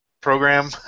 program